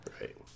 Right